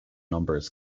numbers